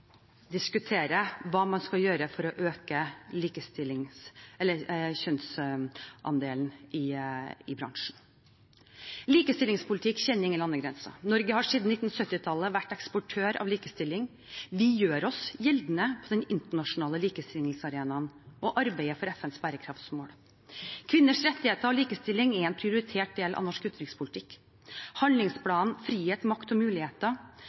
diskutere hva man skal gjøre for å bedre kjønnsandelen i bransjen. Likestillingspolitikk kjenner ingen landegrenser. Norge har siden 1970-tallet vært eksportør av likestilling. Vi gjør oss gjeldende på den internasjonale likestillingsarenaen og arbeider for FNs bærekraftsmål. Kvinners rettigheter og likestilling er en prioritert del av norsk utenrikspolitikk. Handlingsplanen Frihet, makt og muligheter